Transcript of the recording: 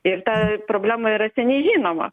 ir ta problema yra seniai žinoma